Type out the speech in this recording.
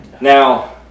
Now